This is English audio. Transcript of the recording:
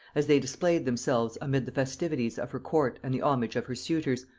as they displayed themselves amid the festivities of her court and the homage of her suitors,